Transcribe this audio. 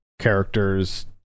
characters